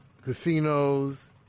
casinos